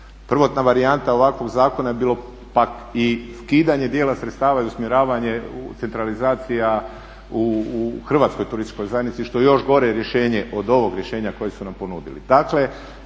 Prvotna varijanta ovakvog zakona je bilo pak i skidanje dijela sredstava i usmjeravanje centralizacija u Hrvatskoj turističkoj zajednici što je još gore rješenje od ovog rješenja koji su nam ponudili.